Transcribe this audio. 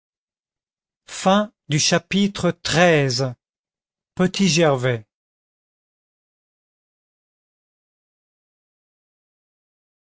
chapitre xiii petit gervais